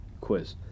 quiz